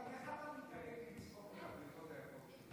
איתן, איך אתה מתאפק לא לצחוק מהבדיחות האלה שלו?